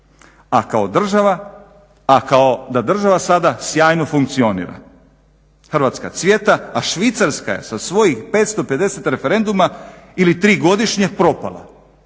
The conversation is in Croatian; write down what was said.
države, a kao da država sada sjajno funkcionira. Hrvatska cvijeta, a Švicarska je sa svojih 550 referenduma ili tri godišnje propala.